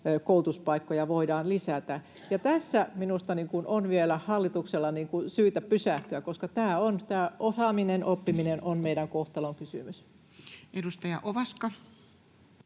koulutuspaikkoja voidaan lisätä. Tässä minusta on vielä hallituksella syytä pysähtyä, koska tämä osaaminen, oppiminen, on meidän kohtalonkysymys. [Speech 106]